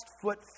foot